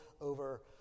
over